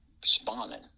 spawning